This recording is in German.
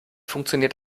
funktioniert